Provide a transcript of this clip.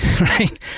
right